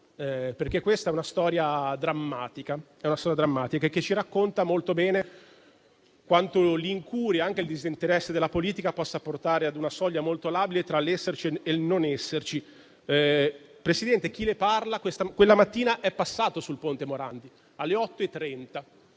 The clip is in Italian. perché questa è una storia drammatica che ci racconta molto bene come l'incuria e il disinteresse della politica possa portare a una soglia molto labile tra l'essere ed il non esserci. Signor Presidente, chi le parla quella mattina è passato sul ponte Morandi alle ore